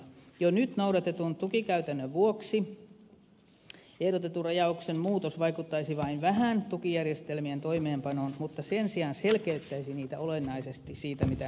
jo nyt noudatetun tukikäytännön vuoksi ehdotetun rajauksen muutos vaikuttaisi vain vähän tukijärjestelmien toimeenpanoon mutta sen sijaan selkeyttäisi niitä olennaisesti siitä mitä ne ovat nyt